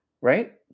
right